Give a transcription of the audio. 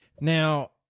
Now